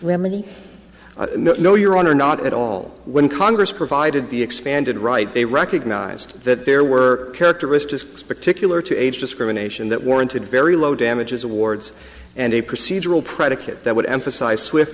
remedy no your honor not at all when congress provided the expanded right they recognized that there were characteristics particular to age discrimination that warranted very low damages awards and a procedural predicate that would emphasize swift